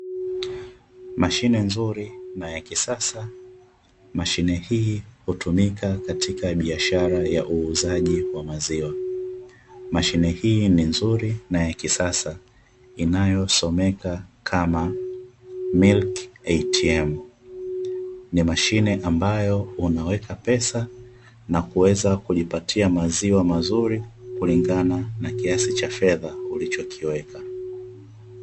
Mashine nzuri na ya kisasa. Mashine hii hutumika katika biashara ya uuzaji wa maziwa. Mashine hii ni nzuri na ya kisasa inayosomeka kama "Milk ATM". Ni mashine ambayo unaweka pesa na kuweza kujipatia maziwa mazuri, kulingana na kiasi cha fedha ulichokiweka.